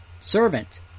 servant